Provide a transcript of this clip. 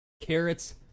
Carrots